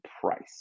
price